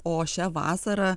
o šią vasarą